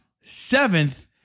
seventh